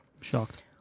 Shocked